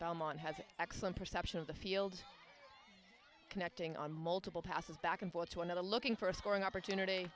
an excellent perception of the field connecting on multiple passes back and forth to another looking for a scoring opportunity